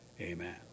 amen